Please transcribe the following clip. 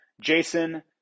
Jason